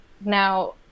now